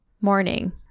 Morning